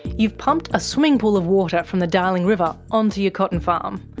you've pumped a swimming pool of water from the darling river onto your cotton farm.